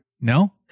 No